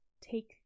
take